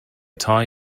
tie